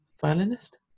violinist